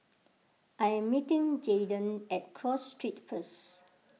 I am meeting Jaden at Cross Street first